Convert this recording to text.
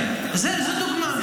כן, זו דוגמה.